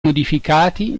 modificati